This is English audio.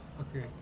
Okay